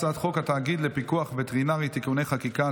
הצעת חוק התאגיד לפיקוח וטרינרי (תיקוני חקיקה),